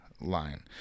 line